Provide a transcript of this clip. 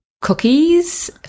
cookies